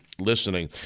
listening